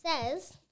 says